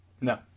No